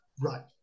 right